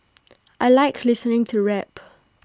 I Like listening to rap